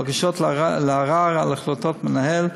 בקשות לערר על החלטת מנהל,